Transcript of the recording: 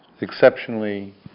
exceptionally